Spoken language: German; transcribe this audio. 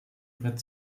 brett